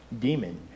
demon